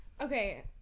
okay